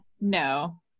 no